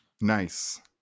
Nice